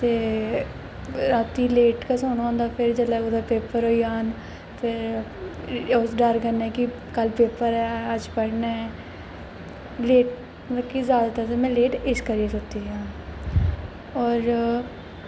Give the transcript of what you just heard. ते रातीं लेट गै सौना होंदा फिर जिसलै पेपर होई जान ते उस डर कन्नै कि कल पेपर ऐ अज्ज पढ़ना ऐं मतलब कि जैदतर ते लेट में इक करियै सुत्ती दियां आं होर